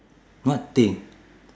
what thing